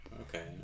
okay